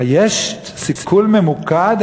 היש סיכול ממוקד,